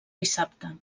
dissabte